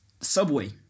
Subway